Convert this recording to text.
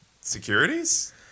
securities